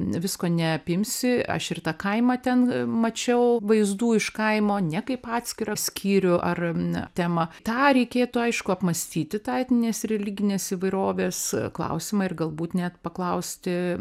visko neapimsi aš ir tą kaimą ten mačiau vaizdų iš kaimo ne kaip atskirą skyrių ar temą tą reikėtų aišku apmąstyti tą etninės ir religinės įvairovės klausimą ir galbūt net paklausti